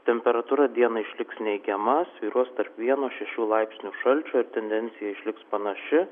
temperatūra dieną išliks neigiama svyruos tarp vieno šešių laipsnių šalčio ir tendencija išliks panaši